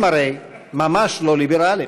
הם הרי ממש לא ליברלים.